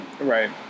Right